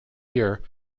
year